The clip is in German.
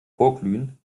vorglühen